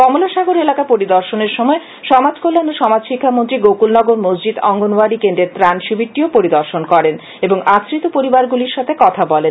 কমলাসাগর এলাকা পরিদর্শনের সময় সমাজ কল্যাণ ও সমাজশিক্ষা মন্ত্রী গকুলনগর মসজিদ অঙ্গনওয়ারী কেন্দ্রের ত্রান শিবিরটিও পরিদর্শন করেন এবং আশ্রিত পরিবারগুলির সাথে কথা বলেন